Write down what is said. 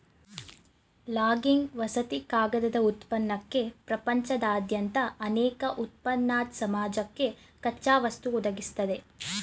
logging ವಸತಿ ಕಾಗದ ಉತ್ಪನ್ನಕ್ಕೆ ಪ್ರಪಂಚದಾದ್ಯಂತ ಅನೇಕ ಉತ್ಪನ್ನದ್ ಸಮಾಜಕ್ಕೆ ಕಚ್ಚಾವಸ್ತು ಒದಗಿಸ್ತದೆ